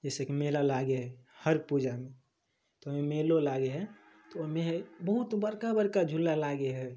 जइसेकि मेला लागै हइ हर पूजामे तऽ ओहिमे मेलो लागै हइ तऽ ओहिमे बहुत बड़का बड़का झूला लागै हइ